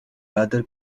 rather